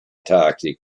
toxic